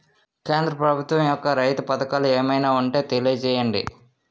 కేంద్ర ప్రభుత్వం యెక్క రైతు పథకాలు ఏమైనా ఉంటే తెలియజేయండి?